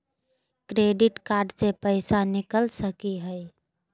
Credit card से पैसा निकल सकी हय?